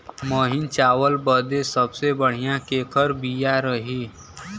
महीन चावल बदे सबसे बढ़िया केकर बिया रही?